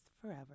forever